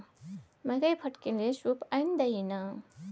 मकई फटकै लए सूप आनि दही ने